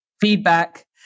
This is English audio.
feedback